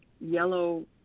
yellow